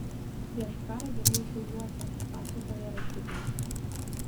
prieš karą dirbau šiauliuose pasakoja rašytojas